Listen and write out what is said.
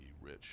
rich